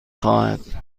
خواهد